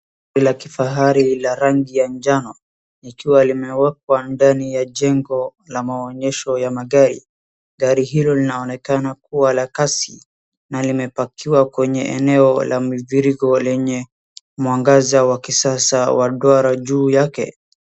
Gari la kifahari la rangi ya njano likiwa limewekwa ndani ya jengo la maonyesho ya magari. Gari hilo linaonekana kuwa la kasi na limepakiwa kwenye eneo la mviriigo lenye mwangaza wa kisasa wa duara juu yake.